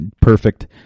Perfect